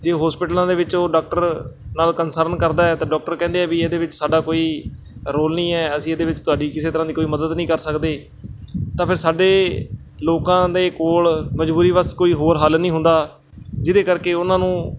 ਜੇ ਹੋਸਪਿਟਲਾਂ ਦੇ ਵਿੱਚ ਉਹ ਡਾਕਟਰ ਨਾਲ ਕੰਸਰਨ ਕਰਦਾ ਹੈ ਤਾਂ ਡਾਕਟਰ ਕਹਿੰਦੇ ਆ ਵੀ ਇਹਦੇ ਵਿੱਚ ਸਾਡਾ ਕੋਈ ਰੋਲ ਨਹੀਂ ਹੈ ਅਸੀਂ ਇਹਦੇ ਵਿੱਚ ਤੁਹਾਡੀ ਕਿਸੇ ਤਰ੍ਹਾਂ ਦੀ ਕੋਈ ਮਦਦ ਨਹੀਂ ਕਰ ਸਕਦੇ ਤਾਂ ਫਿਰ ਸਾਡੇ ਲੋਕਾਂ ਦੇ ਕੋਲ ਮਜ਼ਬੂਰੀ ਬਸ ਕੋਈ ਹੋਰ ਹੱਲ ਨਹੀਂ ਹੁੰਦਾ ਜਿਹਦੇ ਕਰਕੇ ਉਹਨਾਂ ਨੂੰ